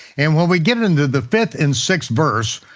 and when we get into the fifth and sixth verse,